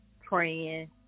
praying